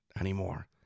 anymore